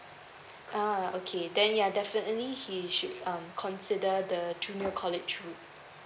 uh okay then ya definitely he should um consider the junior college route